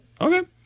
Okay